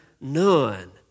none